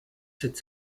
cette